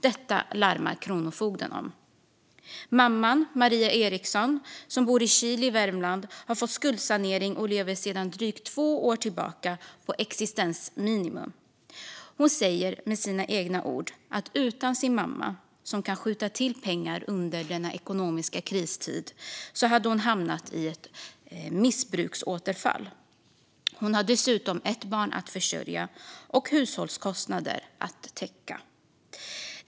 Detta larmar Kronofogden om. Maria Eriksson som bor i Kil i Värmland har fått skuldsanering och lever sedan drygt två år tillbaka på existensminimum. Hon säger att utan sin mamma som kan skjuta till pengar under denna ekonomiska kristid hade hon hamnat i ett missbruksåterfall. Hon har dessutom ett barn att försörja och hushållskostnader att täcka. Herr talman!